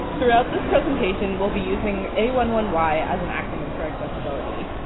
throughout this presentation, we'll be using a one one y as an acronym for accessibility.